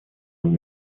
und